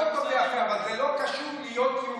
אבל זה לא קשור ללהיות יהודי.